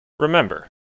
Remember